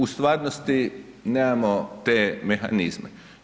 U stvarnosti nemamo te mehanizme.